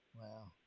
Wow